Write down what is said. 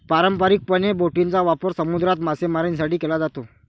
पारंपारिकपणे, बोटींचा वापर समुद्रात मासेमारीसाठी केला जातो